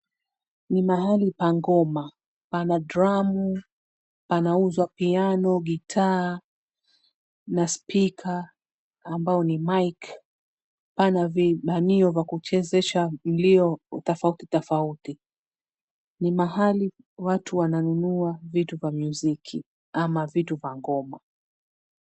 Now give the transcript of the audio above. Ni mahali pa ngoma. Pana dramu, panauzwa; piano, gitaa, na spika ambao ni mic . Pana vibanio vya kuchezesha mlio tofauti tofauti. Ni mahali watu wananunua vitu vya miuziki ama vitu vya ngoma.